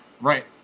right